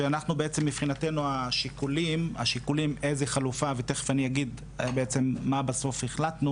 מבחינתנו השיקולים איזו חלופה ותיכף אני אגיד מה בסוף החלטנו